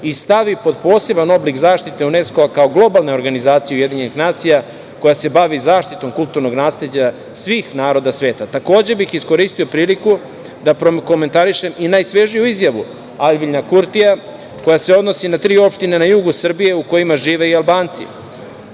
i stavi pod poseban oblik zaštite UNESKO kao globalne organizacije UN koja se bavi zaštitom kulturnog nasleđa svih naroda sveta. Takođe bih iskoristio priliku da prokomentarišem i najsvežiju izjavu Aljbina Kurtija koja se odnosi na tri opštine na jugu Srbije u kojima žive i Albanci.